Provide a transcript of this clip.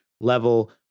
level